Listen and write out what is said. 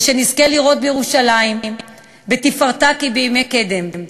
ושנזכה לראות את ירושלים בתפארתה כבימי קדם.